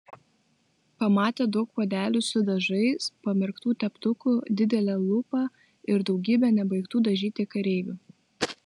pamatė daug puodelių su dažais pamerktų teptukų didelę lupą ir daugybę nebaigtų dažyti kareivių